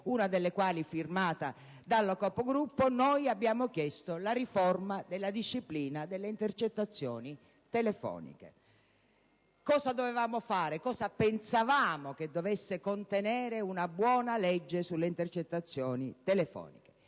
una delle quali firmata dalla Capogruppo, noi abbiamo chiesto la riforma della disciplina delle intercettazioni telefoniche. Cosa dovevamo fare? Cosa pensavamo che dovesse fare una buona legge sulle intercettazioni telefoniche?